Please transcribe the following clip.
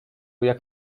jak